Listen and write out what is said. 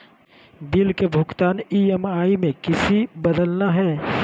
Bill के भुगतान EMI में किसी बदलना है?